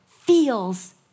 feels